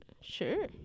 Sure